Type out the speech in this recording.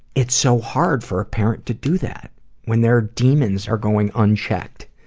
it's so hard for a parent to do that when their demons are going unchecked,